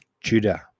Judah